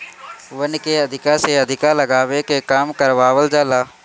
वन के अधिका से अधिका लगावे के काम करवावल जाला